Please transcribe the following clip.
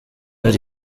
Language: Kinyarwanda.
hari